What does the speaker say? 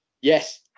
Yes